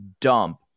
dump